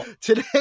Today